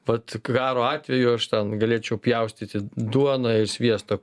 vat karo atveju aš ten galėčiau pjaustyti duoną ir sviestą